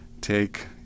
Take